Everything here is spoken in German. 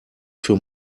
für